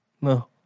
No